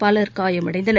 பலர் காயமடைந்தனர்